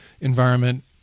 environment